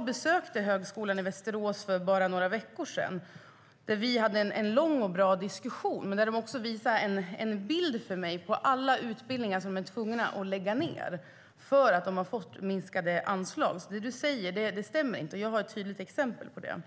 Jag besökte högskolan i Västerås för bara några veckor sedan. Vi hade en lång och bra diskussion, och jag fick se en bild som visade alla utbildningar som de är tvungna att lägga ned för att de har fått minskade anslag. Det du säger stämmer alltså inte, och det här är ett tydligt exempel på det.